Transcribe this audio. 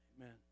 Amen